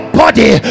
body